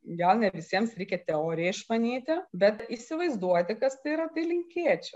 gal ne visiems reikia teoriją išmanyti bet įsivaizduoti kas tai yra tai linkėčiau